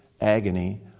agony